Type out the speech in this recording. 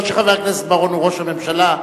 לא שחבר הכנסת בר-און הוא ראש הממשלה,